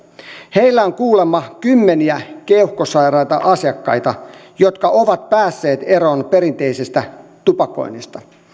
heillä on kuulemma kymmeniä keuhkosairaita asiakkaita jotka ovat päässeet eroon perinteisestä tupakoinnista